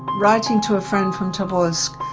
writing to a friend from tobolsk,